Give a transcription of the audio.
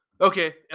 Okay